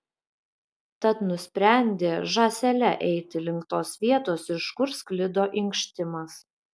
tad nusprendė žąsele eiti link tos vietos iš kur sklido inkštimas